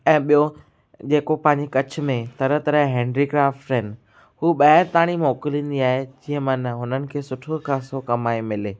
ऐं ॿियों जेको पंहिंजी कच्छ में तरह तरह हैंड्रीक्राफ्ट आहिनि हू ॿाहिरि ताईं मोकिलींदी आहे जीअं माना हुननि खे सुठो ख़ासो कमाए मिले